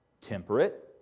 temperate